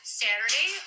saturday